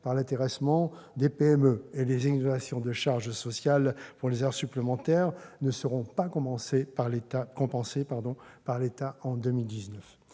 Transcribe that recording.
pour l'intéressement des PME et les exonérations de charges sociales pour les heures supplémentaires ne seront pas compensés par l'État en 2019.